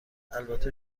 البته